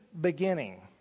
beginning